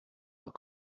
but